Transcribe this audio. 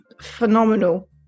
phenomenal